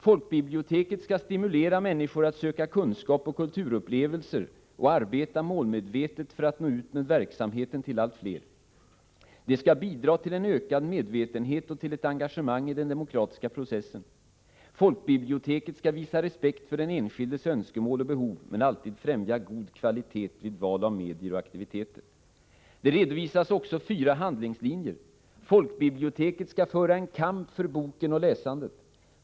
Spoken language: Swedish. Folkbiblioteket skall stimulera människor att söka kunskap och kulturupplevelser och arbeta målmedvetet för att nå ut med verksamheten till allt fler. Det skall bidra till en ökad medvetenhet och till ett engagemang i den demokratiska processen. Folkbiblioteket skall visa respekt för den enskildes önskemål och behov men alltid främja god kvalitet vid val av medier och aktiviteter.” Det redovisas också fyra handlingslinjer: — Folkbiblioteket skall föra en kamp för boken och läsandet.